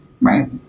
Right